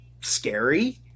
scary